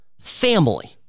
family